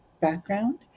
background